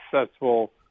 successful